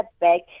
back